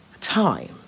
time